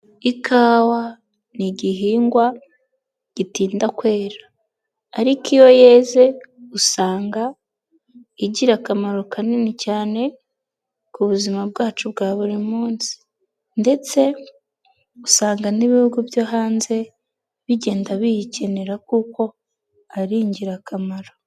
Ikawa ni igihingwa gitinda kwera, ariko iyo yeze usanga igira akamaro kanini cyane ku buzima bwacu bwa buri munsi ndetse usanga n'ibihugu byo hanze bigenda biyikenera kuko ari ingirakamaro.